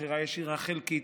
בחירה ישירה חלקית,